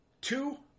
Two